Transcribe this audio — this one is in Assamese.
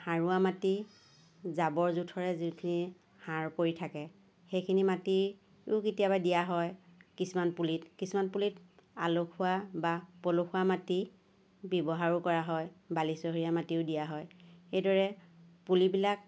সাৰুৱা মাটি জাবৰ জোথৰে যিখিনি সাৰ পৰি থাকে সেইখিনি মাটিও কেতিয়াবা দিয়া হয় কিছুমান পুলিত কিছুমান পুলিত আলসুৱা বা পলসুৱা মাটি ব্যৱহাৰো কৰা হয় বালিচহীয়া মাটিও দিয়া হয় সেইদৰে পুলিবিলাক